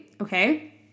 Okay